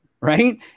Right